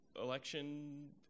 election